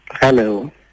Hello